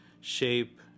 shape